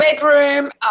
bedroom